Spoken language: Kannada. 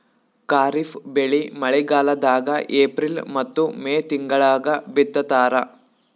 ಖಾರಿಫ್ ಬೆಳಿ ಮಳಿಗಾಲದಾಗ ಏಪ್ರಿಲ್ ಮತ್ತು ಮೇ ತಿಂಗಳಾಗ ಬಿತ್ತತಾರ